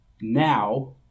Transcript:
Now